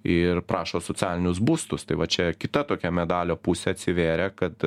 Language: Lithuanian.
ir prašo socialinius būstus tai va čia kita tokia medalio pusė atsivėrė kad